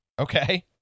Okay